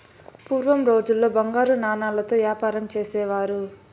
పూర్వం రోజుల్లో బంగారు నాణాలతో యాపారం చేసేవారు